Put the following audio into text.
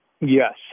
Yes